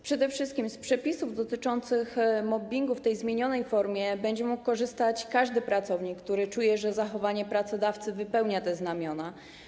Przede wszystkim z przepisów dotyczących mobbingu w tej zmienionej formie będzie mógł korzystać każdy pracownik, który czuje, że zachowanie pracodawcy wypełnia te znamiona.